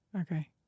okay